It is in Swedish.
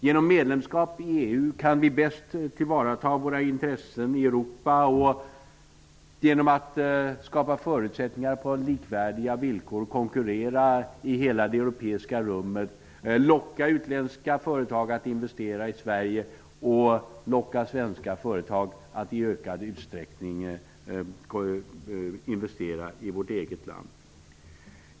Genom medlemskap i EU kan vi bäst tillvarata våra intressen i Europa och genom att skapa förutsättningar för det på lika villkor konkurrera i hela det europeiska rummet, locka utländska företag att investera i Sverige och locka svenska företag att i ökad utsträckning investera i vårt eget land.